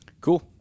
Cool